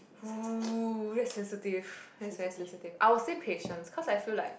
!woo! that's sensitive that's very sensitive I will say patience cause I feel like